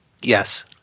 yes